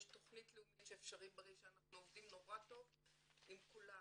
יש תכנית לאומית "אפשרי בריא" שאנחנו עובדים נורא טוב עם כולם,